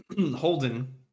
Holden